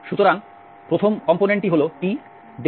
সুতরাং প্রথম উপাদানটি হল t ডেরিভেটিভ হবে 1